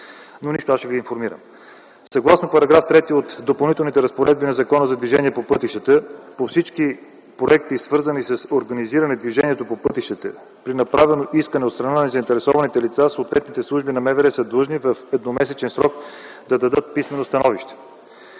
Но нищо, аз ще Ви информирам. Съгласно § 3 от Допълнителните разпоредби на Закона за движение по пътищата, по всички проекти, свързани с организиране движението по пътищата при направено искане от страна на заинтересованите лица, съответните служби на МВР са длъжни в едномесечен срок да дадат писмено становище.